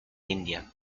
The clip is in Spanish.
india